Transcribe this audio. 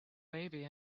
baby